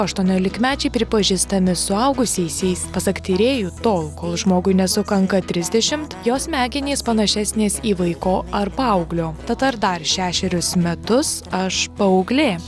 aštuoniolikmečiai pripažįstami suaugusiaisiais pasak tyrėjų tol kol žmogui nesukanka trisdešimt jo smegenys panašesnės į vaiko ar paauglio tad ar dar šešerius metus aš paauglė